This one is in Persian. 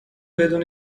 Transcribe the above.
بدون